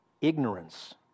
Ignorance